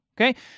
okay